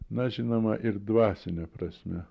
na žinoma ir dvasine prasme